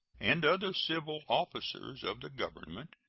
and other civil officers of the government,